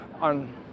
on